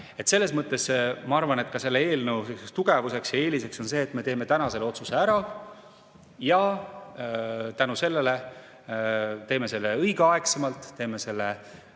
Selles mõttes, ma arvan, selle eelnõu tugevuseks ja eeliseks on see, et me teeme täna otsuse ära ja tänu sellele teeme selle õigeaegsemalt, teeme selle